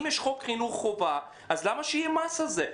אם יש חוק חינוך חובה אז למה שיהיה על זה מס?